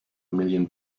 million